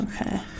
Okay